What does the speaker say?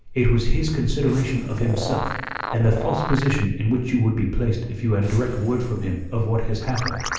it was his consideration of himself and the false position in which you would be placed if you had direct word from him of what has happened.